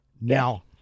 Now